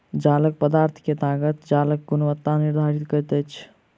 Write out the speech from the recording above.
जालक पदार्थ के ताकत जालक गुणवत्ता निर्धारित करैत अछि